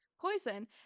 poison